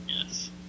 yes